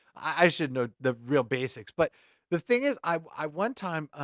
i should know the real basics, but the thing is, i one time,